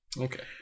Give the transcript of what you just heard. Okay